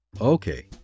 Okay